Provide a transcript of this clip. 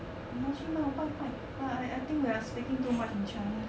你要去庙拜拜 err err I I think we are speaking too much in chinese